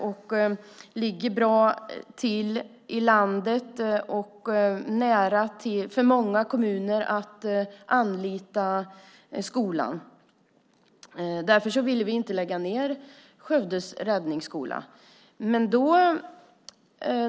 Den ligger bra till i landet; det skulle vara nära för många kommuner som vill anlita skolan. Därför ville vi inte lägga ned Räddningsskolan i Skövde.